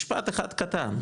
משפט אחד קטן,